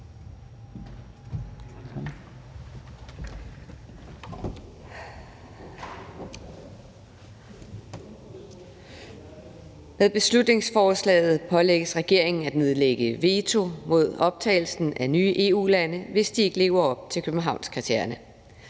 Med beslutningsforslaget pålægges regeringen at nedlægge veto mod optagelsen af nye EU-lande, hvis de ikke lever op til Københavnskriterierne.